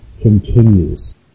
continues